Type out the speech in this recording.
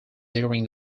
during